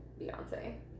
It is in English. Beyonce